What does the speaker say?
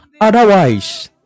Otherwise